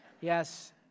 Yes